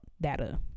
data